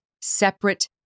separate